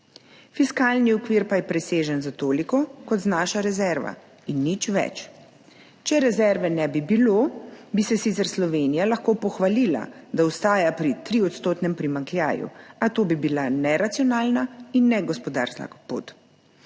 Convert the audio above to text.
Fiskalni okvir pa je presežen za toliko, kot znaša rezerva, in nič več. Če rezerve ne bi bilo, bi se sicer Slovenija lahko pohvalila, da ostaja pri 3-odstotnem primanjkljaju, a to bi bila neracionalna in negospodarna pot.